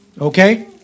Okay